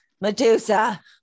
Medusa